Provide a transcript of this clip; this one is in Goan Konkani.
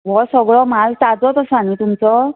हो सगळो माल ताजो आसा न्हय तुमचो